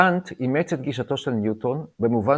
קאנט אימץ את גישתו של ניוטון במובן